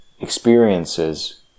experiences